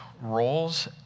roles